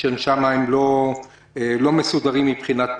שאינם מסודרים מבחינת פרנסה.